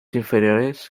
inferiores